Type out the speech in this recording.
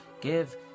Give